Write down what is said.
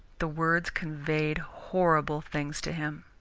the words conveyed horrible things to him,